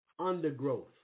Undergrowth